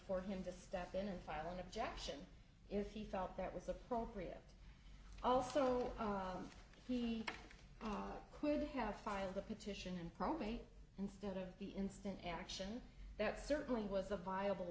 for him to step in and file an objection if he felt that was appropriate also he clearly have filed the petition and probate instead of the instant action that certainly was a viable